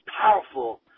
powerful